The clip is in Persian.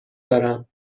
دارم